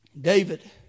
David